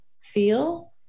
feel